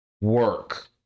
Work